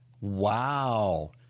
Wow